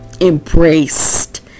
embraced